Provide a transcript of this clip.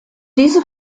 diese